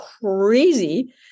crazy